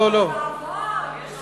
לא, לא "אוי ואבוי", לא.